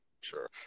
Sure